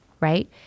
right